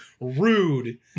Rude